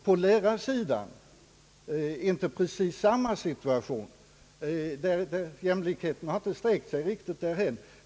På lärarsidan råder inte precis samma situation; där har jämlikheten inte sträckt sig lika långt.